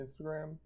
Instagram